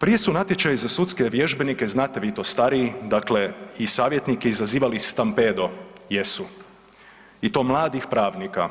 Prije su natječaji za sudske vježbenike, znate vi to stariji dakle i savjetnike izazivali stampedo, jesu i to mladih pravnika,